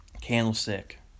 Candlestick